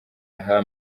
aha